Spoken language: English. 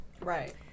Right